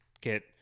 get